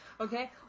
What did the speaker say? okay